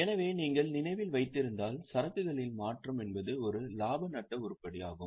எனவே நீங்கள் நினைவில் வைத்திருந்தால் சரக்குகளில் மாற்றம் என்பது ஒரு இலாப நட்ட உருப்படி ஆகும்